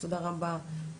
תודה רבה לך.